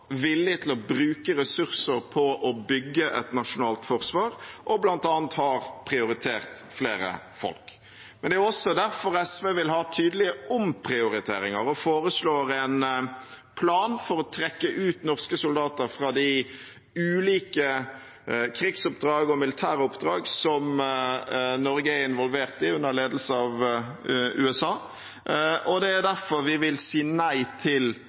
villig til å bruke ressurser på å bygge et nasjonalt forsvar og bl.a. har prioritert flere folk. Det er også derfor SV vil ha tydelige omprioriteringer og foreslår en plan for å trekke ut norske soldater fra de ulike krigsoppdrag og militæroppdrag som Norge er involvert i under ledelse av USA. Det er derfor vi vil si nei til